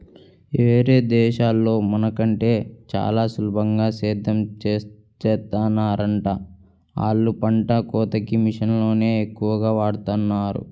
యేరే దేశాల్లో మన కంటే చానా సులభంగా సేద్దెం చేత్తన్నారంట, ఆళ్ళు పంట కోతకి మిషన్లనే ఎక్కువగా వాడతన్నారు